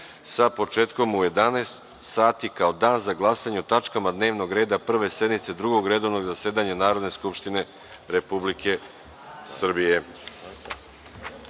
sa početkom u 11,00 časova, kao dan za glasanje o tačkama dnevnog reda Prve sednice Drugog redovnog zasedanja Narodne skupštine Republike Srbije